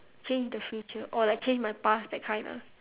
change the future or like change my past that kind ah